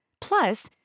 Plus